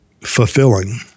fulfilling